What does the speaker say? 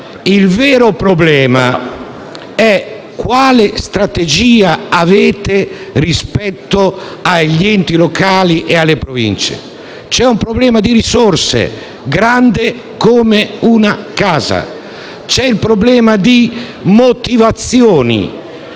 il vero problema è: quale strategia avete rispetto agli enti locali e alle Province? C'è un problema di risorse grande come una casa. C'è un problema di motivazione